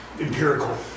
empirical